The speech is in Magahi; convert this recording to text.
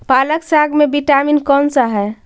पालक साग में विटामिन कौन सा है?